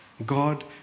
God